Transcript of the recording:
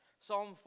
Psalm